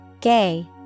Gay